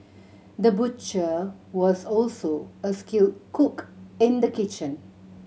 the butcher was also a skilled cook in the kitchen